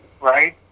right